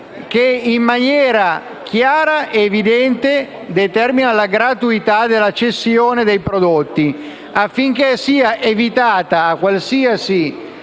che, in maniera chiara ed evidente, determini la gratuità della cessione dei prodotti, affinché sia evitata in qualsiasi